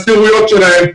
לשכירות שלהם,